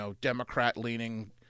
Democrat-leaning